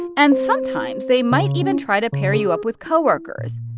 and sometimes they might even try to pair you up with co-workers.